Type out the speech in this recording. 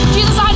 Jesus